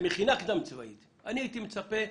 תן למשפטן להגדיר אותה.